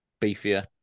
beefier